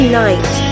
night